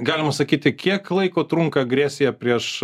galima sakyti kiek laiko trunka agresija prieš